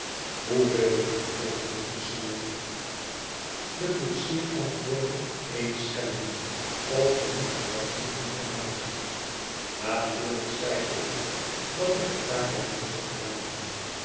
hoeveei vroeg ik den koetsier de koetsier antwoordde een schelling of je moest er wat meer van wiilen maken natuuilijk zeide ik dat ik net daarbij wenschte te iaten